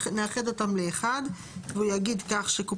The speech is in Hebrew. נאחד אותם לאחד והוא יגיד כך: הסדר מוסכם להתחשבנות בין קופת